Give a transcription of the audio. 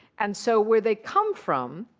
and so where they come from